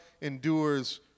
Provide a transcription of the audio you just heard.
endures